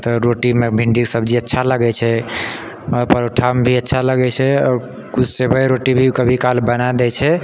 तऽ रोटीमे भिण्डीके सब्जी अच्छा लागैत छै आओर परोठामे भी अच्छा लगैत छै आओर किछु सेवइ रोटी भी कभी काल बनाए दैत छै